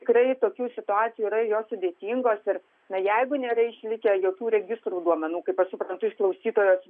tikrai tokių situacijų yra jos sudėtingos ir na jeigu nėra išlikę jokių registrų duomenų kaip aš suprantu ir klausytojos